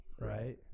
right